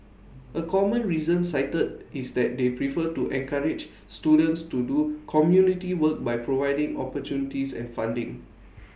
A common reason cited is that they prefer to encourage students to do community work by providing opportunities and funding